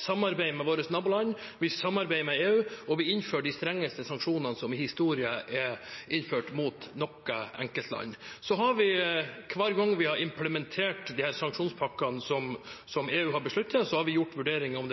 samarbeider med våre naboland, vi samarbeider med EU, og vi innfører de strengeste sanksjonene i historien mot noe enkelt land. Hver gang vi har implementert disse sanksjonspakkene som EU har besluttet, har vi gjort vurderinger av om det